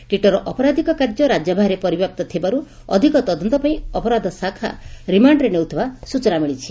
ଟିଟୋର ଅପରାଧିକ କାର୍ଯ୍ୟ ରାଜ୍ୟ ବାହାରେ ପରିବ୍ୟାପ୍ତ ଥିବାରୁ ଅଧିକ ତଦନ୍ତପାଇଁ ଅପରାଧ ଶାଖା ରିମାଶ୍ତରେ ନେଉଥିବା ସ୍ଚନା ମିଳିଛି